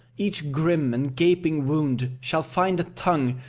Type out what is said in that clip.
each grim and gaping wound shall find a tongue,